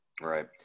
Right